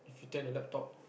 if you take the laptop